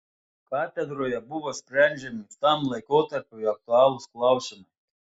katedroje buvo sprendžiami tam laikotarpiui aktualūs klausimai